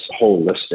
holistic